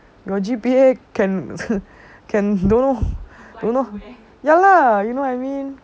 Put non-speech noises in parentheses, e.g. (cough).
your G_P_A can (noise) can don't know don't know ya lah you know what I mean